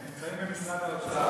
נמצאים במשרד האוצר.